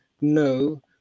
no